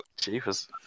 Jesus